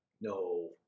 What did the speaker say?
No